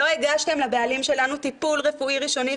לא הגשתם לבעלים שלנו טיפול רפואי ראשוני,